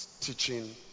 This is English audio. teaching